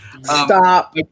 Stop